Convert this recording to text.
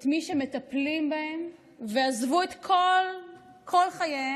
את מי שמטפלים בהם ועזבו את כל חייהם